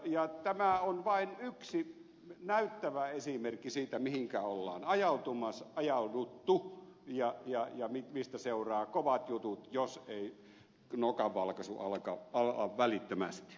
tämä on vain yksi näyttävä esimerkki siitä mihinkä on ajauduttu ja mistä seuraa kovat jutut jos ei nokanvalkaisu ala välittömästi